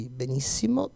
benissimo